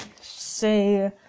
say